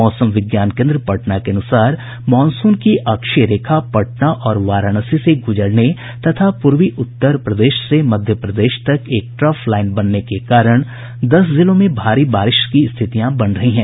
मौसम विज्ञान केन्द्र पटना के अनुसार मॉनसून की अक्षीय रेखा के पटना और वाराणसी से गुजरने तथा पूर्वी उत्तर प्रदेश से मध्य प्रदेश तक एक ट्रफ लाईन बनने के कारण दस जिलों में भारी बारिश की स्थितियां बन रही हैं